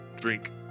drink